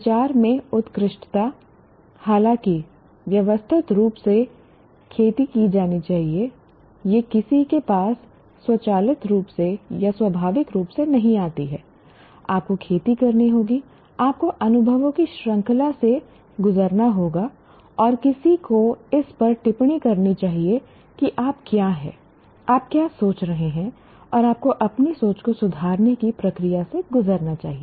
विचार में उत्कृष्टता हालाँकि व्यवस्थित रूप से खेती की जानी चाहिए यह किसी के पास स्वचालित रूप से या स्वाभाविक रूप से नहीं आती है आपको खेती करनी होगी आपको अनुभवों की श्रृंखला से गुजरना होगा और किसी को इस पर टिप्पणी करनी चाहिए कि आप क्या हैं आप क्या सोच रहे हैं और आपको अपनी सोच को सुधारने की प्रक्रिया से गुजरना चाहिए